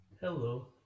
hello